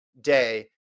day